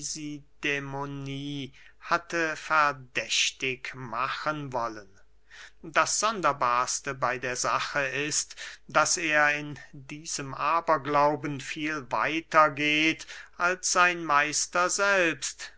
deisidämonie hätte verdächtig machen wollen das sonderbarste bey der sache ist daß er in diesem aberglauben viel weiter geht als sein meister selbst